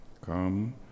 Come